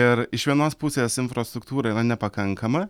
ir iš vienos pusės infrastruktūra yra nepakankama